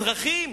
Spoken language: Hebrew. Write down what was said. אזרחים.